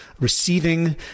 receiving